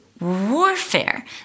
warfare